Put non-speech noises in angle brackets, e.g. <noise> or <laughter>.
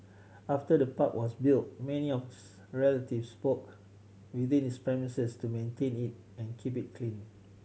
after the park was built many <unintelligible> relatives book within its premises to maintain it and keep it clean